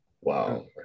wow